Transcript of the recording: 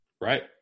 Right